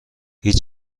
هیچ